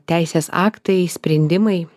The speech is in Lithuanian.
teisės aktai sprendimai